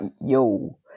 yo